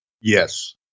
Yes